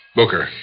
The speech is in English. Booker